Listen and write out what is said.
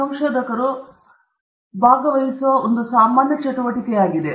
ಮತ್ತು ಸಂಶೋಧಕರು ನಾವು ಭಾಗವಹಿಸುವ ಒಂದು ಸಾಮಾನ್ಯ ಚಟುವಟಿಕೆಯಾಗಿದೆ